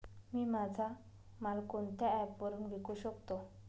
मी माझा माल कोणत्या ॲप वरुन विकू शकतो?